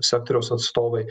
sektoriaus atstovai